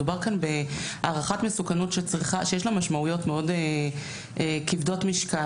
מדובר כאן בהערכת מסוכנות שיש לה משמעויות מאוד כבדות משקל